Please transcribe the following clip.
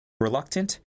reluctant